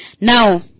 Now